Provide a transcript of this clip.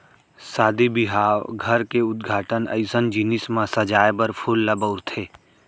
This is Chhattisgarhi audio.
सादी बिहाव, घर के उद्घाटन अइसन जिनिस म सजाए बर फूल ल बउरथे